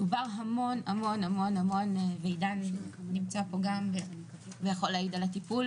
דובר המון המון ועידן נמצא פה גם ויכול להעיד על הטיפול